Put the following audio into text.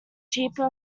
cheaper